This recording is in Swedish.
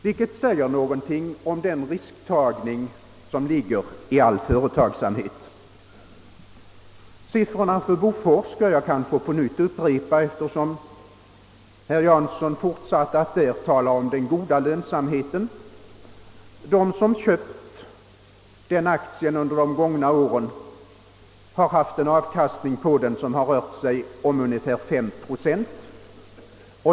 Det säger något om den risktagning som ligger i all företagsamhet. Siffrorna för Bofors skall jag kanske upprepa, eftersom herr Jansson fortsatte att tala om den goda lönsamheten där. De som köpt den aktien under de gångna åren har fått en avkastning på ungefär 5 procent.